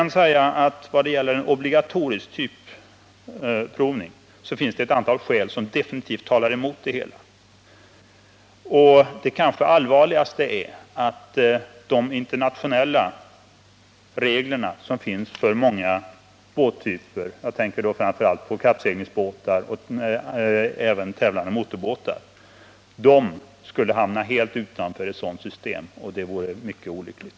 När det gäller obligatorisk typprovning finns det ett antal skäl som absolut talar emot det hela. Det kanske allvarligaste är att de internationella regler som finns för många båttyper — jag tänker framför allt på kappseglingsbåtar och tävlande motorbåtar — skulle hamna helt utanför ett sådant system, och det vore mycket allvarligt.